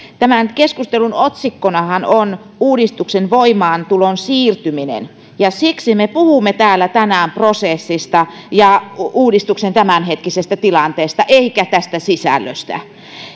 tämän keskustelun otsikkonahan on uudistuksen voimaantulon siirtyminen ja siksi me puhumme täällä tänään prosessista ja uudistuksen tämänhetkisestä tilanteesta emmekä tästä sisällöstä